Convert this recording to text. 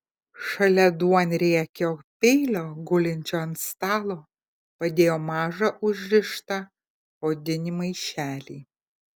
šalia duonriekio peilio gulinčio ant stalo padėjo mažą užrištą odinį maišelį